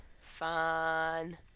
fun